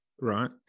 right